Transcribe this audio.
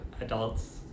adults